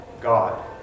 God